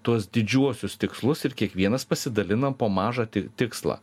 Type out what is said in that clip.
tuos didžiuosius tikslus ir kiekvienas pasidalina po mažą ti tikslą